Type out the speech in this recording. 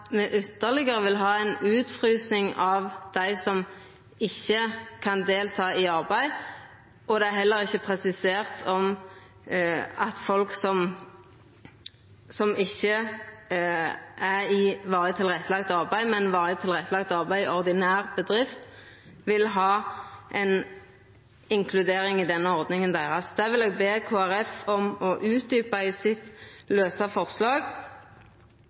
me vil ha ei ytterlegare utfrysing av dei som ikkje kan delta i arbeid. Det er heller ikkje presisert om folk som ikkje er i varig tilrettelagt arbeid, men i varig tilrettelagt arbeid i ordinær bedrift, vil verta inkluderte i deira ordning. Det vil eg be Kristeleg Folkeparti utdjupa i samband med sitt lause forslag. Vidare vil eg melda frå om at SV støttar subsidiært Kristeleg Folkeparti sitt forslag.